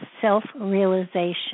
self-realization